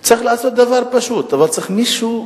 צריך לעשות דבר פשוט, אבל צריך מישהו,